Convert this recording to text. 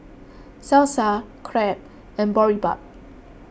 Salsa Crepe and Boribap